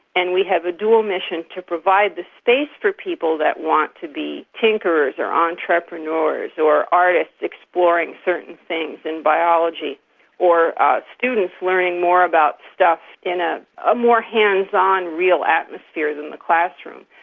and we have a dual mission to provide the space for people that want to be tinkerers or entrepreneurs, or artists exploring certain things in biology or ah students learning more about stuff in a ah more hands-on, real atmosphere than the classroom.